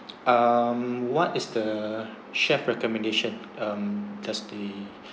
um what is the chef recommendation um just the